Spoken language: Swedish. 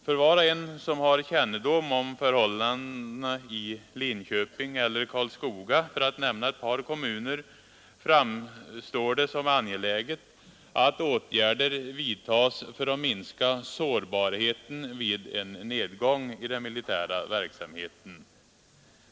För var och en som har kännedom om förhållandena i Linköping eller Karlskoga, för att nämna ett par kommuner, framstår det som angeläget att åtgärder vidtas för att minska sårbarheten vid en nedgång i den militära verksamheten.